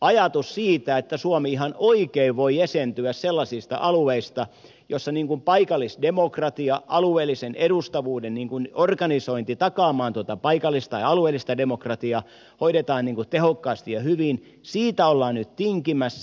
ajatuksesta siitä että suomi ihan oikein voi jäsentyä sellaisista alueista joilla paikallisdemokratia alueellisen edustavuuden organisointi joka takaa tuota paikallista tai alueellista demokratiaa hoidetaan tehokkaasti ja hyvin ollaan nyt tinkimässä